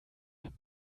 herr